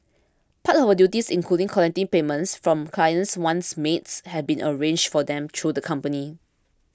part of her duties included collecting payments from clients once maids had been arranged for them through the company